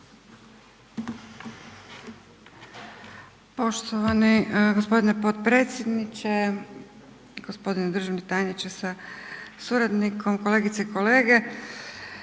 Hvala lijepo g. potpredsjedniče, uvaženi državni tajniče sa suradnicima, kolegice i kolege,